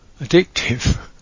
addictive